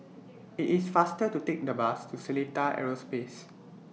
IT IS faster to Take The Bus to Seletar Aerospace